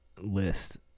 list